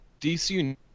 dc